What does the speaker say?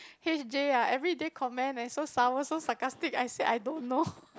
H_J ah everyday comment eh so sour so sarcastic I said I don't know